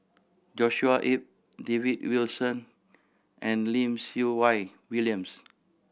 Joshua Ip David Wilson and Lim Siew Wai William